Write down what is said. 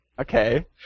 Okay